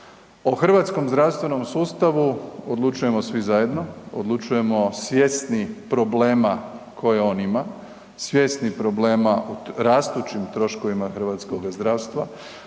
O hrvatskom zdravstvenom sustavu odlučujemo svi zajedno, odlučujemo svjesni problema koje on ima, svjesni problema o rastućim troškovima hrvatskoga zdravstva,